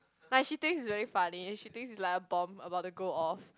like she thinks it's very funny she thinks it's like a bomb about to go off